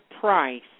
price